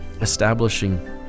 establishing